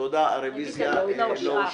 תודה, הרביזיה לא אושרה.